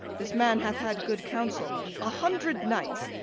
this man hath had good counsel a hundred knights!